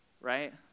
Right